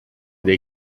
dei